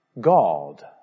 God